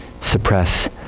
suppress